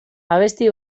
abesti